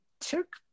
took